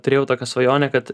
turėjau tokią svajonę kad